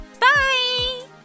Bye